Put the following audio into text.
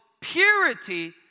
purity